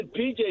PJ